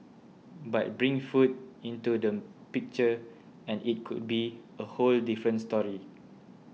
but bring food into the picture and it could be a whole different story